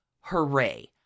hooray